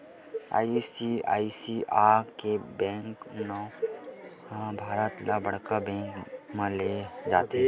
ICICI bank के नांव ह भारत म बड़का बेंक म लेय जाथे